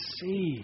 see